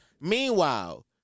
Meanwhile